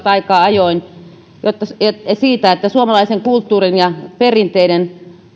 aika ajoin toistuvat että suomalaisen kulttuurin ja perinteiden